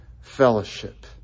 fellowship